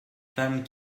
femmes